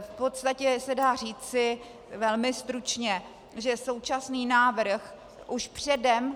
V podstatě se dá říci velmi stručně, že současný návrh už předem...